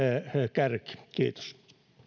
kärki kiitos